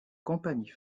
compagnie